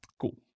Cool